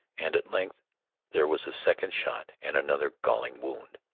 and at length there was a second shot and another galling wound.